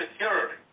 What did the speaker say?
security